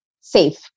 safe